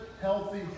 healthy